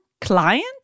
client